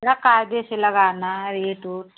रक आगे से लगाना है एट उट